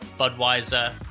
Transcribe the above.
Budweiser